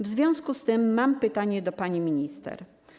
W związku z tym mam pytania do pani minister.